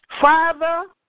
Father